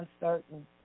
uncertain